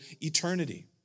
eternity